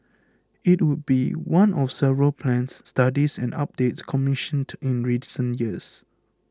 it would be one of several plans studies and updates commissioned in recent years